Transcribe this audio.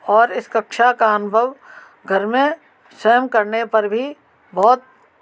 और इस कक्षा का अनुभव घर मे स्वयं करने पर भी बहुत